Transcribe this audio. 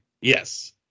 Yes